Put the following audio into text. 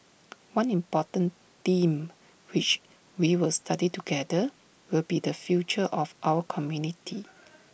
one important theme which we will study together will be the future of our community